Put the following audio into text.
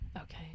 Okay